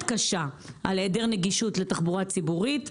קשה על היעדר נגישות לתחבורה ציבורית.